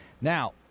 Now